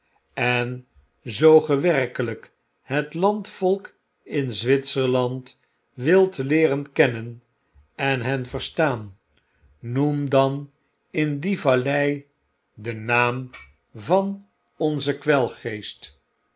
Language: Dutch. en zoo ge werkelyk het landvolkin zwitserland wilt leeren kennen en hen verstaan noem dan in die vallei den naam van onzen